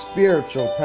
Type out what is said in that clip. Spiritual